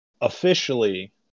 officially